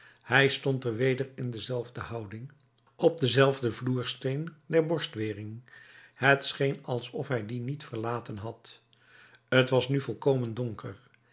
hij stond er weder in dezelfde houding op denzelfden vloersteen der borstwering het scheen alsof hij dien niet verlaten had t was nu volkomen donker